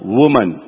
woman